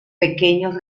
pequeños